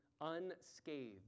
unscathed